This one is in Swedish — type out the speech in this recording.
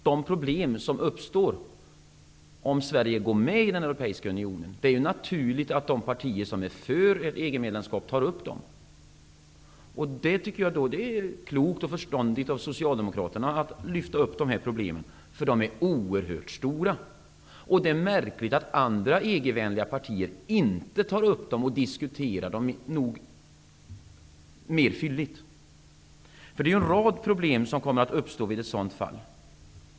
Det är naturligt att de partier som är för EG medlemskap tar upp de problem som uppstår om Sverige går med i den europeiska unionen. Det är klokt och förståndigt av Socialdemokraterna att lyfta upp dessa problem, för de är oerhört stora. Det är märkligt att andra EG-vänliga partier inte tar upp och diskuterar dem mer fylligt. En rad problem kommer att uppstå vid EG medlemskap.